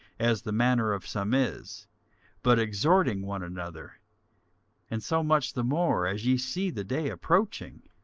as the manner of some is but exhorting one another and so much the more, as ye see the day approaching.